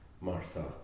Martha